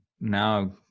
now